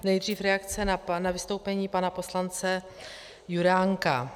Nejdřív reakce na vystoupení pana poslance Juránka.